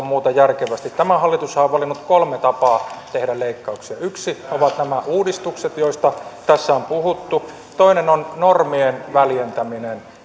muuta järkevästi tämä hallitushan on valinnut kolme tapaa tehdä leikkauksia yksi on nämä uudistukset joista tässä on puhuttu toinen on normien väljentäminen